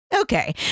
Okay